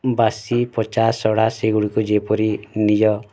ବାସି ପଚା ସଢ଼ା ସେଗୁଡ଼ିକୁ ଯେପରି ନିଜ